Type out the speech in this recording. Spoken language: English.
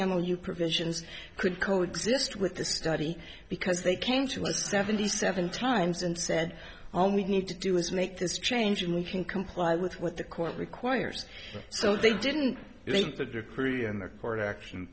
emmel you provisions could co exist with the study because they came to us seventy seven times and said i only need to do is make this change and we can comply with what the court requires so they didn't make the decree and the court action